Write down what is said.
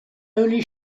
only